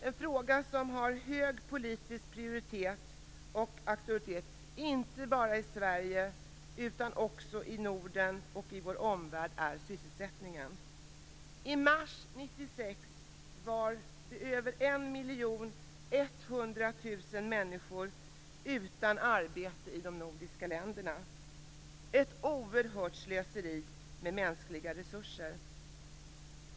En fråga som har hög politisk prioritet och aktualitet inte bara i Sverige utan också i Norden och i vår omvärld är sysselsättningen. I mars 1996 var 1 100 000 människor utan arbete i de nordiska länderna - ett oerhört slöseri med mänskliga resurser.